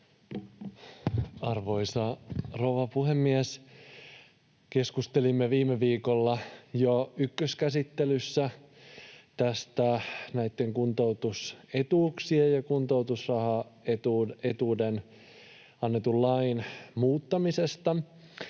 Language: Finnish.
Arvoisa rouva puhemies! Keskustelimme jo viime viikolla ykköskäsittelyssä tästä kuntoutusetuuksista ja kuntoutusrahaetuuksista annetun lain muuttamisesta,